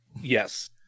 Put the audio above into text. Yes